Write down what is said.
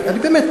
באמת,